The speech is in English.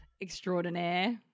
extraordinaire